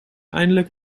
eindelijk